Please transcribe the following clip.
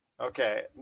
Okay